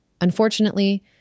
Unfortunately